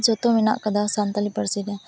ᱡᱚᱛᱚ ᱢᱮᱱᱟᱠᱟᱫᱟ ᱥᱟᱱᱛᱟᱲᱤ ᱯᱟᱹᱨᱥᱤ ᱨᱮ